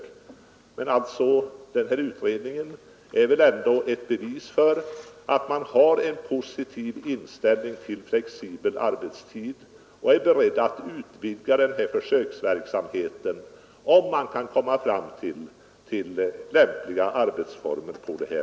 Men den här utredningen är väl ändå ett bevis för att man har en positiv inställning till flexibel arbetstid och är beredd att utvidga försöksverksamheten, om man kan komma fram till lämpliga arbetsformer.